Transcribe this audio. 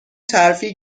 ترفیع